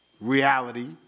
reality